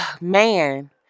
man